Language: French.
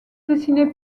dessiné